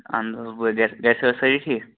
اَہَن حظ اَصٕل پٲٹھۍ گَرِ گَرِ چھا حظ سٲری ٹھیٖک